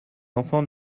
enfants